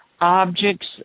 objects